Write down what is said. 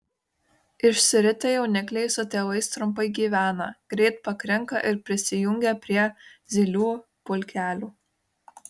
išsiritę jaunikliai su tėvais trumpai gyvena greit pakrinka ir prisijungia prie zylių pulkelių